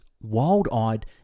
wild-eyed